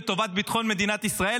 לטובת ביטחון מדינת ישראל,